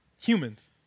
humans